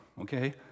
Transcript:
okay